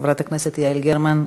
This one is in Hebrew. חברת הכנסת יעל גרמן,